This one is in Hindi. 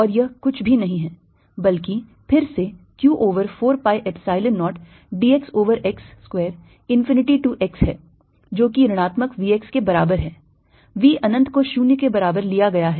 और यह कुछ भी नहीं है बल्कि फिर से q over 4 pi epsilon 0 dx over x square infinity to x है जो कि ऋणात्मक V x के बराबर है V अनंत को शून्य के बराबर लिया गया है